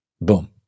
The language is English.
boom